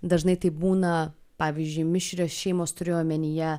dažnai taip būna pavyzdžiui mišrios šeimos turiu omenyje